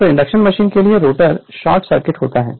तो induction machine के लिए रोटर शॉर्ट सर्किट होते हैं